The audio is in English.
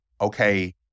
Okay